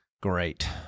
Great